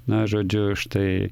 na žodžiu štai